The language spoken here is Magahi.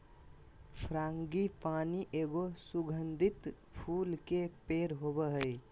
फ्रांगीपानी एगो सुगंधित फूल के पेड़ होबा हइ